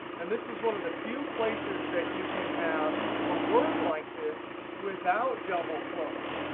and this is one of the few places that you can have a word like this without double quotes.